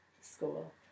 school